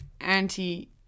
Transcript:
anti